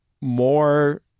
more